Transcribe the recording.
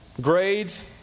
grades